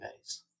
guys